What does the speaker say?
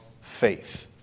faith